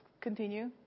continue